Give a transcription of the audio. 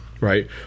Right